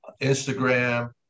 Instagram